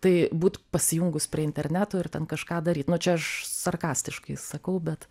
tai būt pasijungus prie interneto ir ten kažką daryt nu čia aš sarkastiškai sakau bet